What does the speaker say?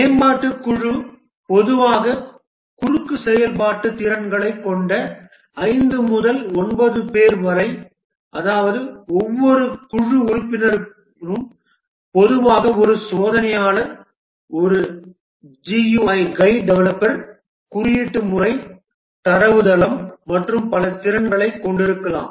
மேம்பாட்டுக் குழு பொதுவாக குறுக்கு செயல்பாட்டு திறன்களைக் கொண்ட 5 முதல் 9 பேர் அதாவது ஒவ்வொரு குழு உறுப்பினரும் பொதுவாக ஒரு சோதனையாளர் ஒரு GUI டெவலப்பர் குறியீட்டு முறை தரவுத்தளம் மற்றும் பல திறன்களைக் கொண்டிருக்கலாம்